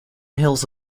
hills